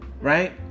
right